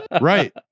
right